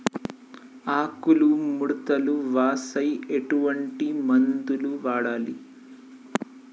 ఆకులు ముడతలు వస్తే ఎటువంటి మందులు వాడాలి?